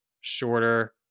shorter